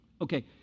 Okay